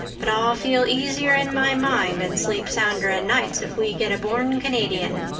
but i'll feel easier in my mind and sleep sounder at nights if we get a born canadian